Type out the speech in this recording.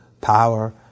power